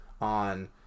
on